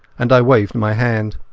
and i waved my hand.